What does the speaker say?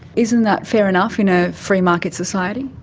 isn't that fair enough in a free market society?